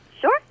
Sure